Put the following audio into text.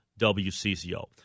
WCCO